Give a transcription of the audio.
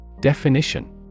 Definition